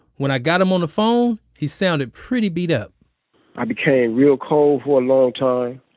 when i got him on the phone, he sounded pretty beat up i became real cold for a long time.